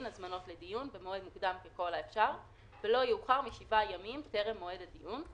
הזמנות לדיון במועד מוקדם ככל האפשר ולא יאוחר משבעה ימים טרם מועד הדיון,